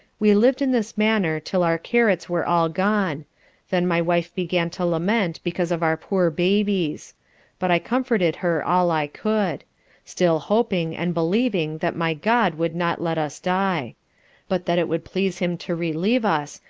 we lived in this manner, till our carrots were all gone then my wife began to lament because of our poor babies but i comforted her all i could still hoping, and believing that my god would not let us die but that it would please him to relieve us,